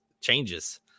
changes